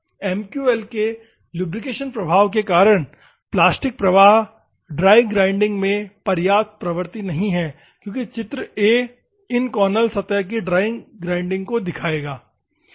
MQL के lubrication प्रभाव के कारण प्लास्टिक प्रवाह ड्राई ग्राइंडिंग में पर्याप्त प्रवृत्ति नहीं है क्योंकि चित्र a इनकॉनल सतह की ड्राई ग्राइंडिंग को दिखाएगा